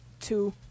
two